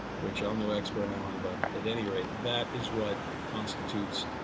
which i'm no expert on but at any rate, that is what constitutes